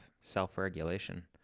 self-regulation